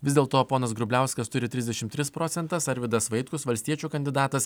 vis dėlto ponas grubliauskas turi trisdešimt tris procentus arvydas vaitkus valstiečių kandidatas